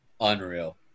Unreal